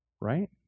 right